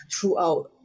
throughout